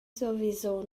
sowieso